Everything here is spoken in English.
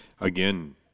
again